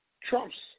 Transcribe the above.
Trump's